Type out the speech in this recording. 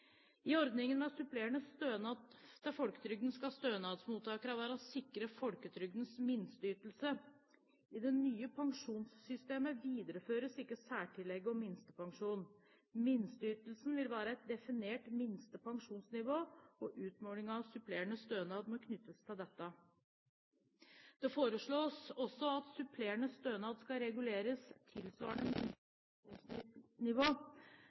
I ordningen med supplerende stønad til folketrygden skal stønadsmottakerne være sikret folketrygdens minsteytelse. I det nye pensjonssystemet videreføres ikke særtillegget og minstepensjonen. Minsteytelsen vil være et definert minste pensjonsnivå, og utmålingen av supplerende stønad må knyttes til dette. Det foreslås også at supplerende stønad skal reguleres tilsvarende